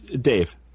Dave